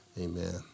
Amen